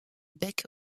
bec